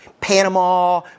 Panama